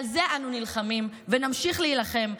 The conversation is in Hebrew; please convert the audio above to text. על זה אנו נלחמים ונמשיך להילחם,